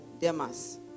Demas